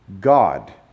God